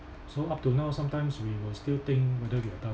so up till now sometimes we will still think we have done